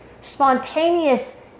spontaneous